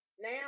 now